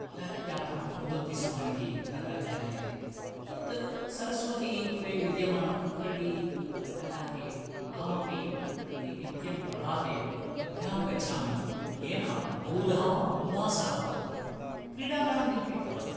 पादयात्रं कुर्वन्ति स्म इति तदा ज्ञायते तत् सरस्वतीपुरे विद्यमानकुक्करळि तटाके अहमपि प्रतिनित्यं प्रभाते पद्भ्यां गच्छामि येन बहुधा उल्लासः भवति क्रीडाङ्गाणान्यपि भवन्ति